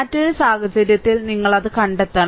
മറ്റൊരു സാഹചര്യത്തിൽ നിങ്ങൾ അത് കണ്ടെത്തണം